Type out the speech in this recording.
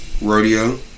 Rodeo